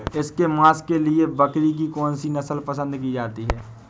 इसके मांस के लिए बकरी की कौन सी नस्ल पसंद की जाती है?